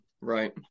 right